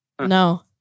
No